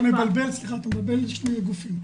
אתה מבלבל בין שני גופים.